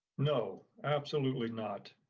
no, absolutely not.